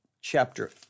chapter